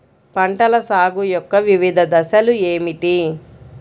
పంటల సాగు యొక్క వివిధ దశలు ఏమిటి?